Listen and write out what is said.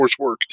coursework